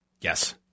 Yes